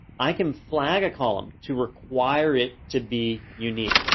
i can flag a column to require it to be unique.